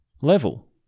level